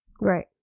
Right